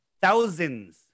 thousands